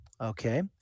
Okay